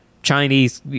chinese